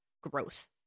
growth